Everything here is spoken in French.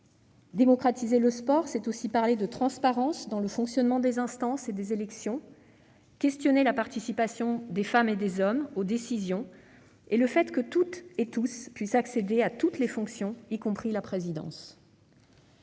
Démocratiser le sport, c'est aussi parler de transparence dans le fonctionnement des instances et la tenue des élections, c'est s'interroger sur la participation des femmes et des hommes aux décisions, c'est faire en sorte que toutes et tous puissent accéder à toutes les fonctions, y compris de présidence.